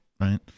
right